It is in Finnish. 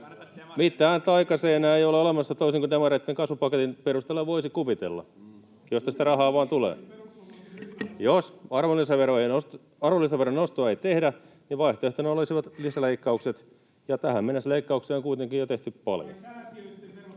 Mitään taikaseinää ei ole olemassa — toisin kuin demareitten kasvupaketin perusteella voisi kuvitella — josta sitä rahaa vain tulee. Jos arvonlisäveron nostoa ei tehdä, niin vaihtoehtona olisivat lisäleikkaukset, ja tähän mennessä leikkauksia on kuitenkin jo tehty paljon.